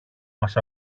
μας